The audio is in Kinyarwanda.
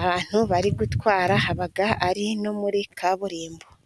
Ahantu bari gutwara haba ari no muri kaburimbo.